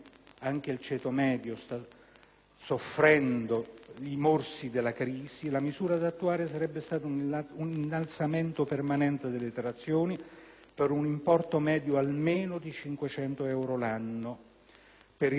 soffrendo i morsi della crisi - la misura da attuare sarebbe stata un innalzamento permanente delle detrazioni per un importo medio almeno di 500 euro l'anno per i redditi da lavoro e da pensione.